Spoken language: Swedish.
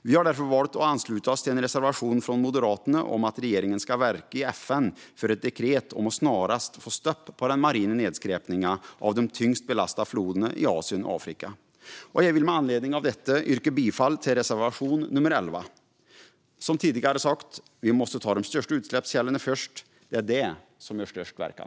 Vi har därför valt att ansluta oss till en reservation från Moderaterna om att regeringen ska verka i FN för ett dekret om att snarast få stopp på den marina nedskräpningen av de tyngst belastade floderna i Asien och Afrika. Jag vill med anledning av detta yrka bifall till reservation nummer 11. Som tidigare har sagts måste vi ta de största utsläppskällorna först. Det är de som gör störst verkan.